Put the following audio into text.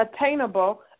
attainable